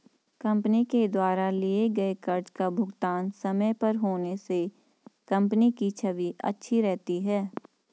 company के द्वारा लिए गए कर्ज का भुगतान समय पर होने से कंपनी की छवि अच्छी रहती है